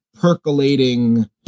percolating